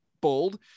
bold